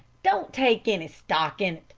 don't take any stock in